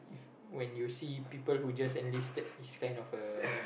if when you see people who just enlisted it's kind of a